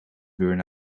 burn